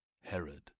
Herod